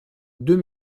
deux